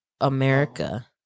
America